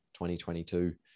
2022